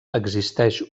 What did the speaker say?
existeix